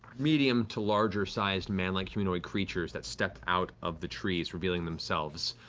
medium to larger sized man-like humanoid creatures that step out of the trees, revealing themselves,